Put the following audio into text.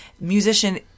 musician